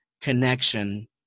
connection